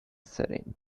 setting